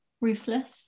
ruthless